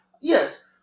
Yes